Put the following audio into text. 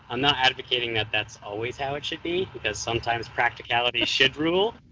um not advocating that that's always how it should be, because sometimes practicality should rule,